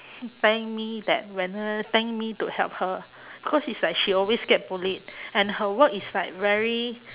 thank me that when uh thank me to help her because is like she always get bullied and her work is like very